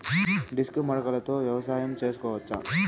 Disc మడకలతో వ్యవసాయం చేసుకోవచ్చా??